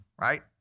right